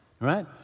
right